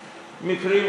מקרים,